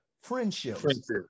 Friendships